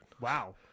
wow